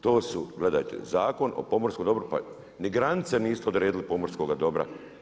To su, gledajte Zakon o pomorskom dobru, pa ni granice nisu odredile pomorskoga dobra.